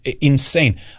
Insane